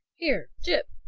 here, jip!